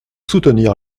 soutenir